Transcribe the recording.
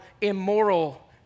immoral